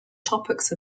topics